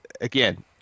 again